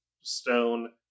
stone